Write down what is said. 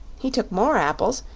he took more apples,